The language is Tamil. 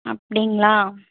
அப்படிங்களா